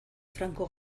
franco